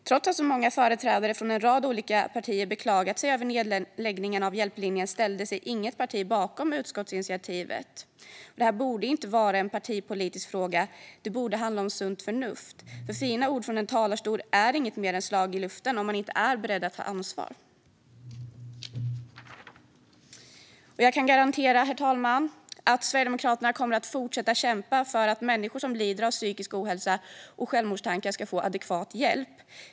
Trots att så många företrädare från en rad olika partier har beklagat sig över nedläggningen av Hjälplinjen ställde sig inget parti bakom utskottsinitiativet. Detta borde inte vara en partipolitisk fråga. Det borde handla om sunt förnuft. Fina ord från en talarstol är inget mer än slag i luften om man inte är beredd att ta ansvar. Herr talman! Jag kan garantera att Sverigedemokraterna kommer att fortsätta att kämpa för att människor som lider av psykisk ohälsa och självmordstankar ska få adekvat hjälp.